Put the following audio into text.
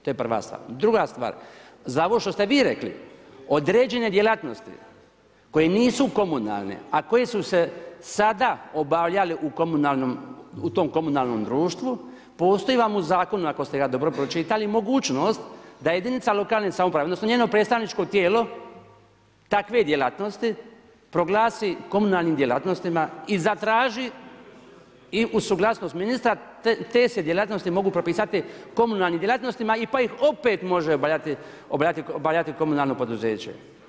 To je prva stvar, druga stvar, za ovo što ste vi rekli, određene djelatnosti, koje nisu komunalne, a koje su se sada obavljale u komunalnom, u tom komunalnom društvu, postoji vam u zakonu ako ste ga dobro pročitali, mogućnost da jedinica lokalne samouprave, odnosno, njeno predstavničko tijelo, takve djelatnosti, proglasi komunalnim djelatnostima i zatraži i suglasnost ministra, te se djelatnosti mogu propisati komunalnim djelatnostima, pa ih opet može obavljati komunalno poduzeće.